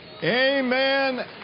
Amen